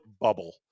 bubble